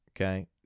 okay